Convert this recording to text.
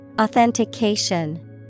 Authentication